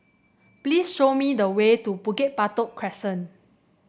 please show me the way to Bukit Batok Crescent